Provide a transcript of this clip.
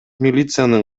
милициянын